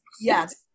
Yes